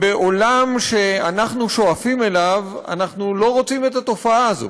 בעולם שאנחנו שואפים אליו אנחנו לא רוצים את התופעה הזו.